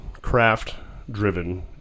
craft-driven